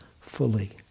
fully